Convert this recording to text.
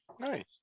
Nice